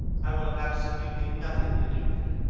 i will have absolutely nothing to do with it.